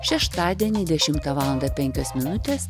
šeštadienį dešimtą valandą penkios minutės